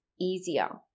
easier